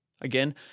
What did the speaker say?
Again